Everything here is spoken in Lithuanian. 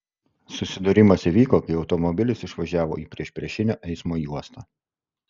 susidūrimas įvyko kai automobilis išvažiavo į priešpriešinio eismo juostą